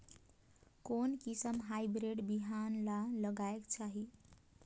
कोन किसम हाईब्रिड बिहान ला लगायेक चाही?